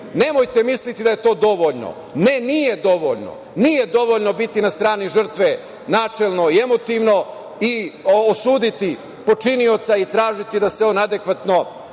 nemojte misliti da je to dovoljno. Ne, nije dovoljno. Nije dovoljno biti na strani žrtve, načelno i emotivno, i osuditi počinioca i tražiti da se on adekvatno